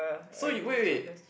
so you wait wait